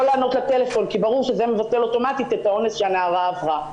לענות לטלפון כי ברור שזה מבטל אוטומטית את האונס שהנערה עברה.